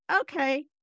okay